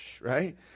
Right